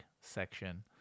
section